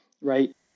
right